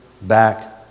back